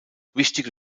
wichtige